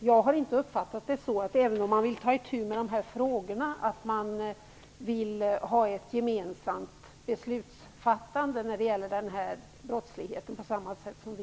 Jag har inte uppfattat det så att man, även om man vill ta itu med dessa frågor, vill ha ett gemensamt beslutsfattande när det gäller den här brottsligheten på samma sätt som vi.